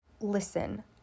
Listen